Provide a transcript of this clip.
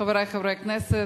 חברי חברי הכנסת,